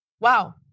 Wow